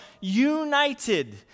united